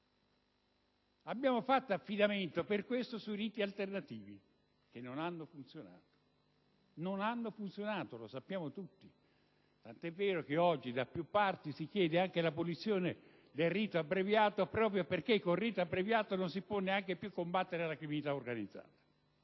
Abbiamo fatto affidamento, per questo, sui riti alternativi, che non hanno funzionato. Lo sappiamo tutti, tant'è vero che oggi, da più parti, si chiede anche l'abolizione del rito abbreviato, proprio perché con tale rito non si può più neanche combattere la criminalità organizzata,